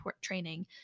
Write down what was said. training